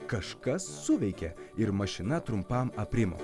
kažkas suveikė ir mašina trumpam aprimo